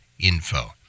info